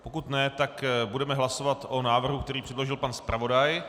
Pokud ne, tak budeme hlasovat o návrhu, který předložil pan zpravodaj.